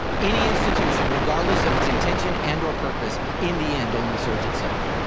any institution regardless of its intention and or purpose in the end only serves itself.